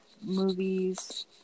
movies